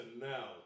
now